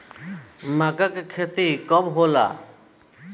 मक्का के खेती कब होला?